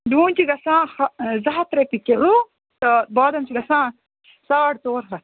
ڈوٗنۍ چھِ گژھان حظ زٕ ہَتھ رۄپیہِ کِلوٗ تہٕ بادَم چھِ گژھان ساڑ ژور ہَتھ